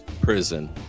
prison